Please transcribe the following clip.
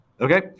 Okay